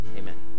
amen